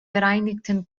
vereinigten